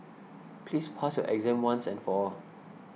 please pass your exam once and for all